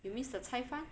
you miss the 菜饭